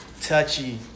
touchy